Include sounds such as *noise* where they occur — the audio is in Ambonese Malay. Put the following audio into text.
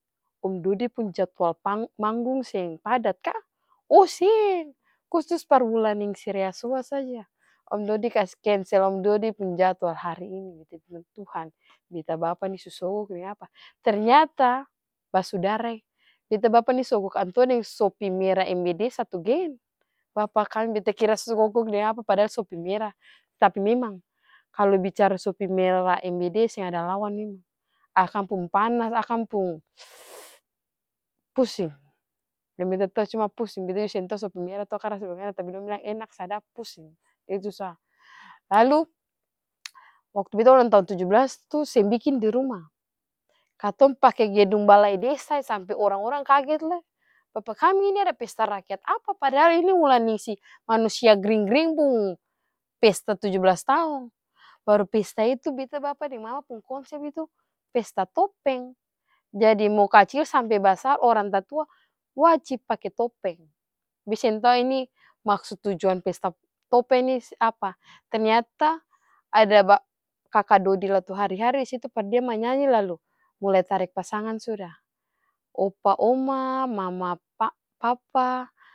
Om dody pung jadwal *hesitation* manggung seng padat ka? Oh seng kusus par bulan yang *unintelligible* saja om dody kasi kensel om dody pung jadwal hari ini, beta bilang tuhan beta pung bapa ini su sogok deng apa? Ternyata basudarae beta bapa nih sogok antua deng sopi mera mbd satu gen, bapa kami beta kira sogok deng apa lai padahal sopi mera, tapi memang kalo bicara sopi mera mbd seng ada lawan memang akang pung panas, akang pung *hesitation* pusing, yang beta tau cuma pusing beta jua seng tau kalu sopi mera tu akang rasa bagimana, tapi dong bilang enak. sadap, pusing itu sa. Lalu waktu beta ulang tahun tuju blas tuh seng biking diruma, katong pake gedung balai desa sampe orang orang kaget lai, bapa kami ini ada pesta rakyat apa padahal ini wulan ningsi manusia gring-gring pung pesta tuju blas taong, baru pesta itu beta bapa deng mama pung konsep itu pesta topeng, jadi mo kacil sampe basar orang tatua wajib pake topeng, beta seng tau ini maksud tujuan pesta topeng nih apa? Ternyata ada *hesitation* kaka dody latuharihari disitu par dia manyanyi lalu mulai tarek pasangan sudah opa oma mama pa-papa.